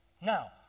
Now